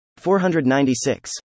496